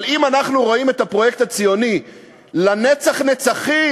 אבל אם אנחנו רואים את הפרויקט הציוני לנצח נצחים,